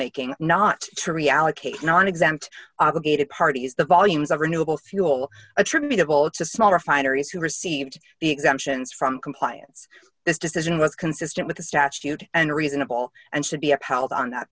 rulemaking not to reallocate nonexempt obligated parties the volumes of renewable fuel attributable to small refineries who received the exemptions from compliance this decision was consistent with the statute and reasonable and should be